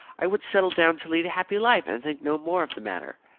i would settle down to lead a happy life, and think no more of the matter.